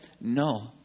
No